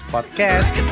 Podcast